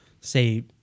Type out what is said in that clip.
say